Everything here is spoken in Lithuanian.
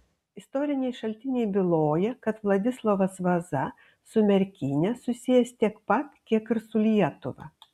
istoriniai šaltiniai byloja kad vladislovas vaza su merkine susijęs tiek pat kiek ir su lietuva